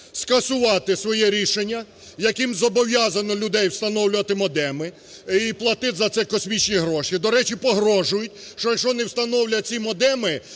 скасувати своє рішення, яким зобов'язано людей встановлювати модеми і платити за це космічні гроші. До речі, погрожують, що якщо не встановлять ці модеми,